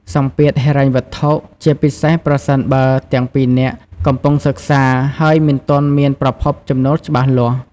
សម្ពាធហិរញ្ញវត្ថុ ជាពិសេសប្រសិនបើទាំងពីរនាក់កំពុងសិក្សា ហើយមិនទាន់មានប្រភពចំណូលច្បាស់លាស់។